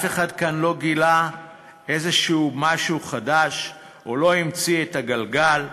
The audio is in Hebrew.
אף אחד כאן לא גילה איזה משהו חדש או לא המציא את הגלגל,